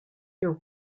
your